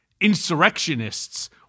insurrectionists